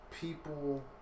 people